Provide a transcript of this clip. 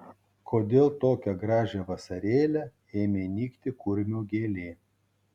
kodėl tokią gražią vasarėlę ėmė nykti kurmio gėlė